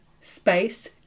space